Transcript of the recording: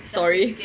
story